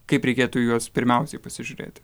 kaip reikėtų į juos pirmiausiai pasižiūrėti